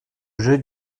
jeux